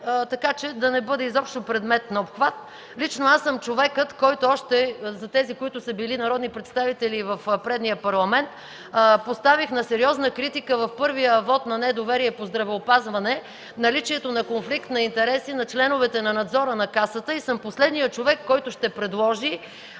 отпадне, да не бъде изобщо предмет на обхват. Лично аз – за тези, които са били народни представители в предния Парламент – поставих на сериозна критика в първия вот на недоверие по здравеопазване наличието на конфликт на интереси на членовете на Надзора на Касата и съм последният човек, който ще предложи